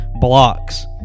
blocks